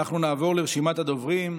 אנחנו נעבור לרשימת הדוברים.